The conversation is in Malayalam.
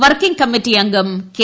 വർക്കിംഗ് കമ്മിറ്റി അംഗം കെ